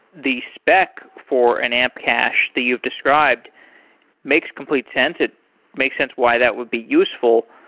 the spec for an amp cache that you've described makes complete sense. it makes sense why that would be useful,